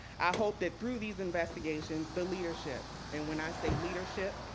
i hope that through these investigations, the leadership and when i say leadership,